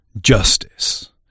justice